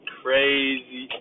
crazy